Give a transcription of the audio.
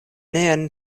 nian